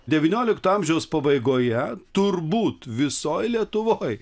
devyniolikto amžiaus pabaigoje turbūt visoj lietuvoj